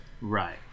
Right